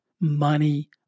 money